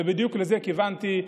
ובדיוק לזה כיוונתי,